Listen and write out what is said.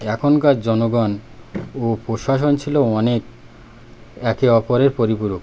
এখনকার জনগণ ও প্রশাসন ছিল অনেক একে অপরের পরিপূরক